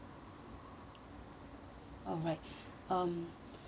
alright um